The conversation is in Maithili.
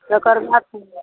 तकर बाद